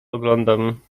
oglądam